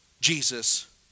Jesus